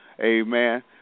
Amen